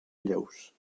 lleus